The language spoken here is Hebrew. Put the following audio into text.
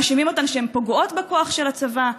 מאשימים אותן שהן פוגעות בכוח של הצבא.